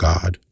God